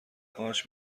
قارچ